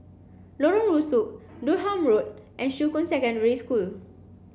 Lorong Rusuk Durham Road and Shuqun Secondary School